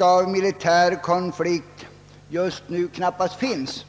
av militär konflikt just nu knappast finns?